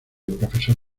profesor